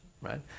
right